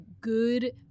good